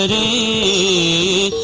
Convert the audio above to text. a